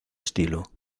estilo